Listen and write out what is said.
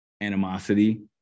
animosity